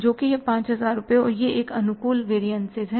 जोकि है 5000 रुपये और यह एक अनुकूल वेरियनसिस है